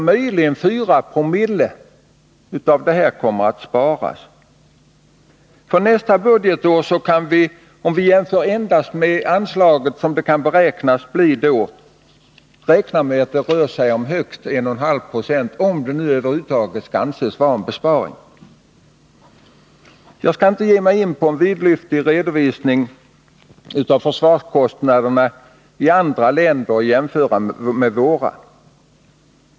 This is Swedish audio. Om vi jämför endast med det anslag som beräknas för nästa budgetår kan vi räkna med att det rör sig om högst 11/2 960 — om det nu över huvud taget skall anses vara en besparing. Jag skall inte ge mig in i en vidlyftig redovisning av försvarskostnaderna i andra länder och jämföra med våra.